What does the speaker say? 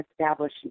establish